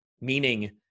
meaning